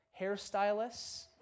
hairstylists